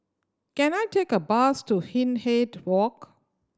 can I take a bus to Hindhede Walk